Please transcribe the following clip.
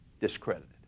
discredited